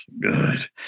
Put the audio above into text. Good